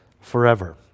forever